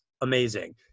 amazing